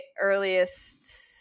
earliest